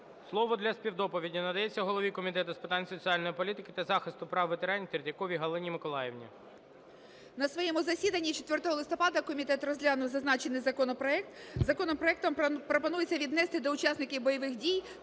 Слово для співдоповіді надається голові Комітету з питань соціальної політики та захисту прав ветеранів Третьяковій Галині Миколаївні. 17:06:36 ТРЕТЬЯКОВА Г.М. На своєму засіданні 4 листопада комітет розглянув зазначений законопроект. Законопроектом пропонується віднести до учасників бойових дій